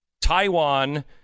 Taiwan